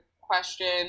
question